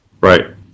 Right